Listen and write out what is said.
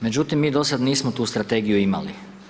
Međutim, mi do sada nismo tu strategiju imali.